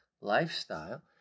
lifestyle